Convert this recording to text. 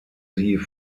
sie